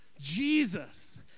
Jesus